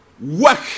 Work